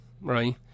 right